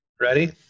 Ready